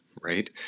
right